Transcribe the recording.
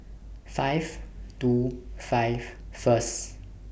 five two five First